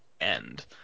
end